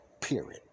period